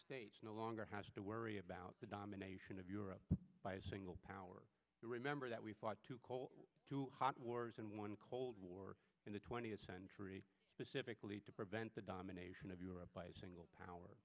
states no longer has to worry about the domination of europe by a single power remember that we fought too cold to hot wars in one cold war in the twentieth century specifically to prevent the domination of europe by a single